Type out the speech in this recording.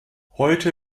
heute